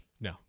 no